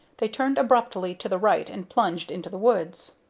they turned abruptly to the right and plunged into the woods.